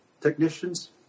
technicians